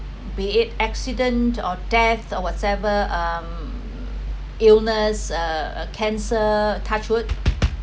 be it accident or death or whatever um illness uh uh cancer touch wood